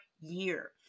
year